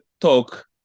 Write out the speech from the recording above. talk